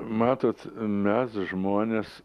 matot mes žmonės